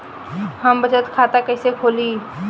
हम बचत खाता कइसे खोलीं?